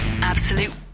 Absolute